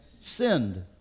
sinned